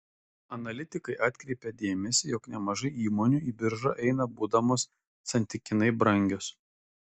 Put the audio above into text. analitikai atkreipia dėmesį jog nemažai įmonių į biržą eina būdamos santykinai brangios